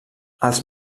els